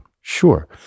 sure